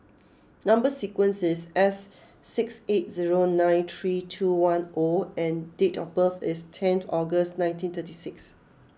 Number Sequence is S six eight zero nine three two one O and date of birth is tenth August nineteen thirty six